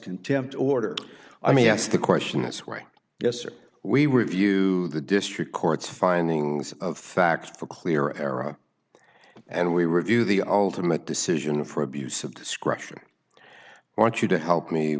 contempt order i mean yes the question that's right yes are we review the district court's findings of fact for clear era and we review the ultimate decision for abuse of discretion want you to help me